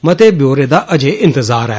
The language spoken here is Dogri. मते ब्यौरे दा अजें इंतजार ऐ